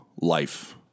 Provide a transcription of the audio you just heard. life